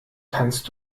kannst